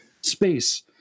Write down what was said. space